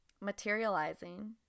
Materializing